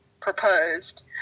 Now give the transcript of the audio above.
proposed